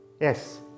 yes